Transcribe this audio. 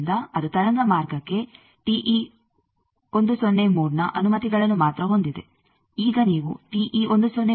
ಆದ್ದರಿಂದ ಅದು ತರಂಗ ಮಾರ್ಗಕ್ಕೆ ಮೋಡ್ನ ಅನುಮತಿಗಳನ್ನು ಮಾತ್ರ ಹೊಂದಿದೆ